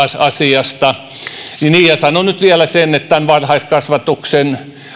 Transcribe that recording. asiasta niin ja sanon nyt vielä sen että tämä varhaiskasvatuksen